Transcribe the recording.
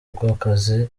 bw’akazi